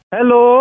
Hello